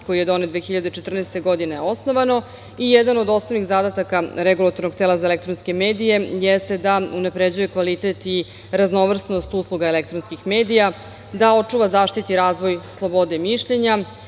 koji je donet 2014. godine, je osnovano i jedan od osnovnih zadataka Regulatornog tela za elektronske medije jeste da unapređuje kvalitet i raznovrsnost usluga elektronskih medija, da očuva i zaštiti razvoj slobode mišljenja